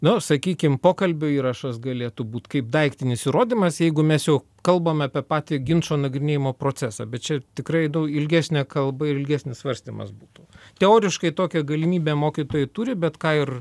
nors sakykim pokalbių įrašas galėtų būt kaip daiktinis įrodymas jeigu mes jau kalbame apie patį ginčo nagrinėjimo procesą bet čia tikrai ilgesnė kalba ir ilgesnis svarstymas būtų teoriškai tokią galimybę mokytojai turi bet ką ir